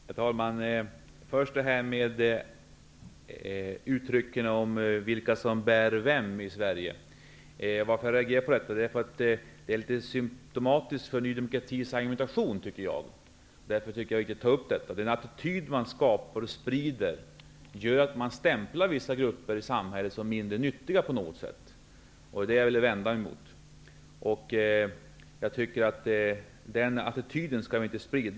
Herr talman! Först vill jag ta upp uttrycket ''vilka som bär vem i Sverige.'' Jag reagerade på detta därför att det är symtomatiskt för Ny demokratis argumentation. Den attityd som man skapar och sprider gör att vissa grupper i samhället stämplas som mindre nyttiga. Det vänder jag mig emot. Vi skall inte sprida den attityden.